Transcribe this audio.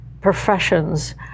professions